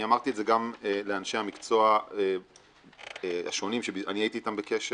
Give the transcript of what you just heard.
ואמרתי את זה גם לאנשי המקצוע השונים שהייתי איתם בקשר,